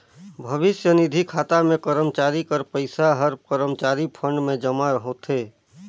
भविस्य निधि खाता में करमचारी कर पइसा हर करमचारी फंड में जमा होथे